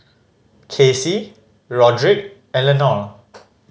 Kacey Rodrick and Lenore